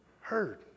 heard